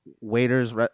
waiters